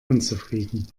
unzufrieden